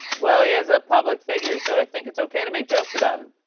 well, he is a public figure, so i think it's okay to make jokes about him.